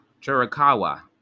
Chiricahua